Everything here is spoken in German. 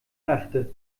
machte